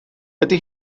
ydy